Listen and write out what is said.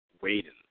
waiting